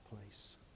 place